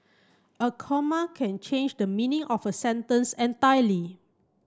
a comma can change the meaning of a sentence entirely